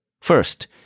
First